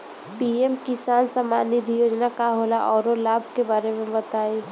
PM Kisan Samman Nidhi योजना का होला औरो लाभ के बारे में बताई?